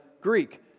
Greek